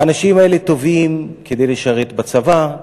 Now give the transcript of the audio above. האנשים האלה טובים כדי לשרת בצבא,